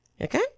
Okay